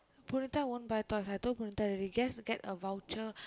Punitha won't buy toys I told Punitha already just get a voucher